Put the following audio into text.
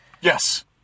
Yes